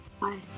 Bye